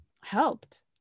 helped